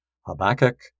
Habakkuk